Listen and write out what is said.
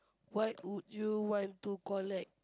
what would you want to collect